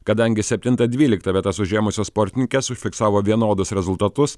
kadangi septintą dvyliktą vietas užėmusios sportininkės užfiksavo vienodus rezultatus